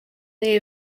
they